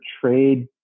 trade